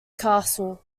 castle